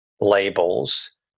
labels